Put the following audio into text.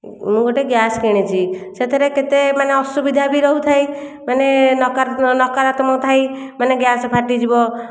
ମୁଁ ଗୋଟିଏ ଗ୍ୟାସ କିଣିଛି ସେଥିରେ କେତେ ମାନେ ଅସୁବିଧା ବି ରହୁଥାଏ ମାନେ ନକାରାତ୍ମକ ଥାଇ ମାନେ ଗ୍ୟାସ ଫାଟିଯିବ